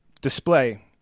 display